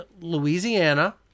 Louisiana